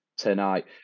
tonight